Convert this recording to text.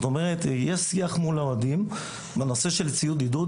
יש שיח מול האוהדים בנושא של ציוד עידוד,